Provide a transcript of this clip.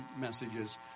messages